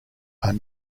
are